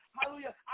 Hallelujah